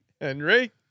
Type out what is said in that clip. Henry